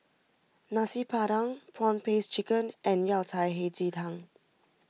Nasi Padang Prawn Paste Chicken and Yao Cai Hei Ji Tang